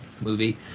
movie